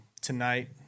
tonight